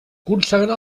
consagrà